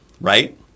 right